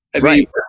Right